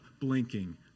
Blinking